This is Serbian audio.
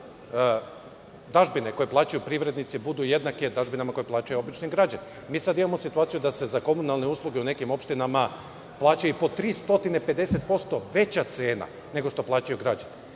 dažbine koje plaćaju privrednici budu jednake dažbinama koje plaćaju obični građani? Sada imamo situaciju da se za komunalne usluge u nekim opštinama plaća i po 350% veća cena nego što plaćaju građani.